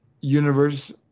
universe